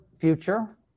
future